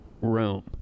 Rome